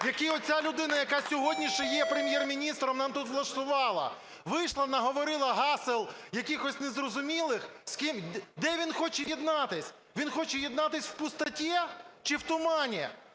який оця людина, яка сьогодні ще є Прем'єр-міністром, нам тут влаштувала. Вийшла, наговорила гасел, якихось незрозумілих, з ким... Де він хоче єднатися? Він хоче єднатися в пустоті чи в тумані?